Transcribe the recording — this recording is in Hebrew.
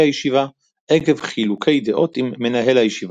הישיבה – עקב חילוקי דעות עם מנהל הישיבה,